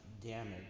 damage